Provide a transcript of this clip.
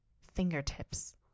fingertips